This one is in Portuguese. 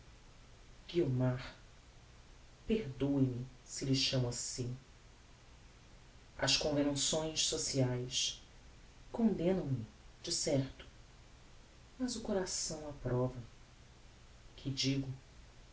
linhas guiomar perdoe-me se lhe chamo assim as convenções sociaes condemnam me de certo mas o coração approva que digo